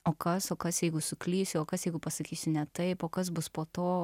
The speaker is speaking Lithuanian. o kas o kas jeigu suklysiu o kas jeigu pasakysiu ne taip o kas bus po to